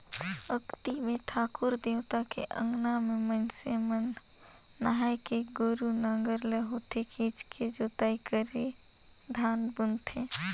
अक्ती मे ठाकुर देवता के अंगना में मइनसे मन नहायके गोरू नांगर ल हाथे खिंचके जोताई करके धान बुनथें